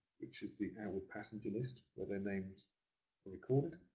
which is the outward passenger list where their names were records,